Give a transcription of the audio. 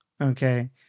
Okay